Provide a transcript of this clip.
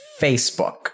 Facebook